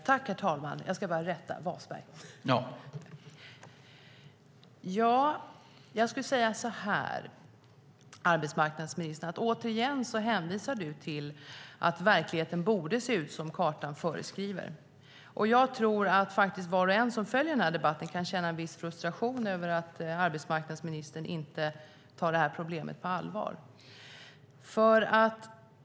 Herr talman! Arbetsmarknadsministern hänvisar återigen till att verkligheten borde se ut som kartan föreskriver. Jag tror att var och en som följer den här debatten kan känna en viss frustration över att arbetsmarknadsministern inte tar det här problemet på allvar.